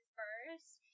first